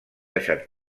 deixat